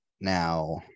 Now